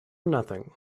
nothing